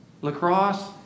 Lacrosse